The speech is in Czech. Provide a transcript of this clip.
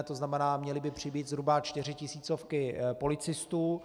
To znamená, měli by přibýt zhruba 4 tisíce policistů.